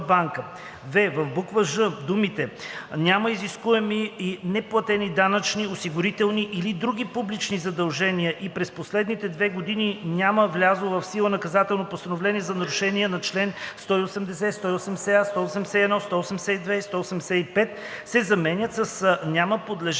в буква „ж“ думите: „няма изискуеми и неплатени данъчни, осигурителни или други публични задължения и през последните две години няма влязло в сила наказателно постановление за нарушение на чл. 180, 180а, 181, 182 и 185“, се заменят с „няма подлежащи на